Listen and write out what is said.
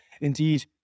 Indeed